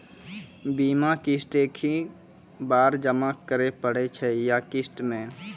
बीमा किस्त एक ही बार जमा करें पड़ै छै या किस्त मे?